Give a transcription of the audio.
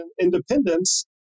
independence